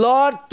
Lord